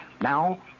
Now